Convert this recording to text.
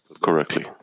correctly